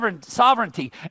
sovereignty